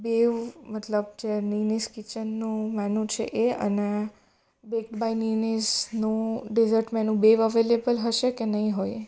બહુ મતલબ જે નિનિસ કિચનનું મેનૂ છે એ અને બેક બાય નિનિસનું ડેઝટ મેનૂ બહુ અવેલેબલ હશે કે નહીં હોય